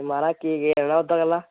महाराज केह् केह् लैना ओह्दे गल्ला